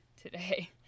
today